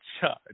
charge